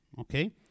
okay